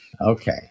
Okay